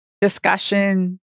discussion